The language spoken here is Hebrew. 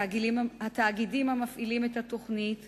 התאגידים המפעילים את התוכנית